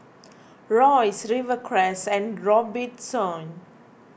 Royce Rivercrest and Robitussin